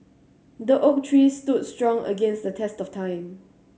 the oak tree stood strong against the test of time